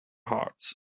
hearts